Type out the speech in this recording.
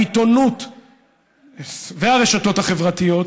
העיתונות והרשתות החברתיות,